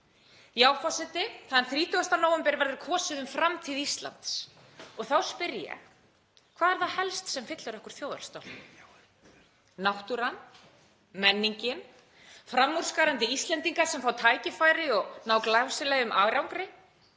Já, forseti. Þann 30. nóvember verður kosið um framtíð Íslands. Og þá spyr ég: Hvað er það helst sem fyllir okkur þjóðarstolti? Náttúran, menningin, framúrskarandi Íslendingar sem fá tækifæri og ná glæsilegum árangri?